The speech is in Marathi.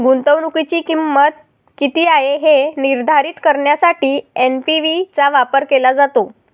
गुंतवणुकीची किंमत किती आहे हे निर्धारित करण्यासाठी एन.पी.वी चा वापर केला जातो